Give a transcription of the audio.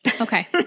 Okay